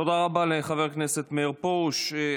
תודה רבה לחבר הכנסת מאיר פרוש.